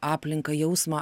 aplinką jausmą